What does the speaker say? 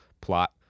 plot